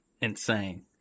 insane